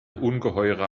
ungeheure